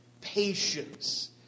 patience